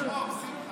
יש לנו רוב, שמחה.